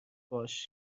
باش